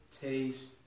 taste